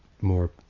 more